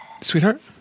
Sweetheart